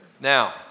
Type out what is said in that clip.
Now